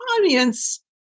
audience